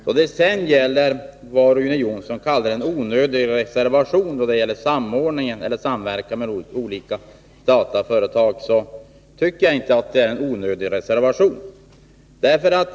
Vad sedan gäller det Rune Jonsson kallade en onödig reservation om samverkan med olika statliga företag, tycker jag inte att det är någon onödig reservation.